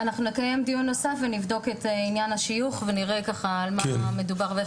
אנחנו נקיים דיון נוסף ונבדוק את עניין השיוך ונראה על מה מדובר.